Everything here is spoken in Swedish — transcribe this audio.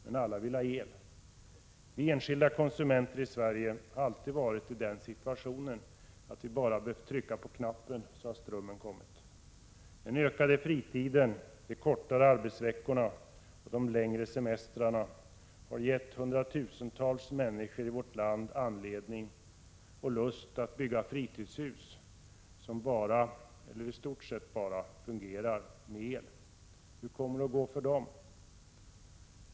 Men alla vill ha el. Vi enskilda konsumenter i Sverige har alltid varit i den situationen att vi bara har behövt trycka på knappen så har strömmen kommit. Den ökade fritiden, de kortare arbetsveckorna och de längre semestrarna har gett hundratusentals människor i vårt land anledning och lust att bygga fritidshus, som i stort sett bara fungerar med el. Hur kommer det att gå för dem?